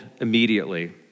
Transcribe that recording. immediately